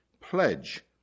pledge